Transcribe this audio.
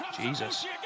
Jesus